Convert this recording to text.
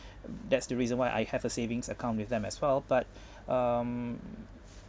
that's the reason why I have a savings account with them as well but um